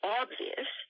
obvious